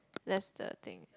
that's the thing